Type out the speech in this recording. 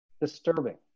disturbing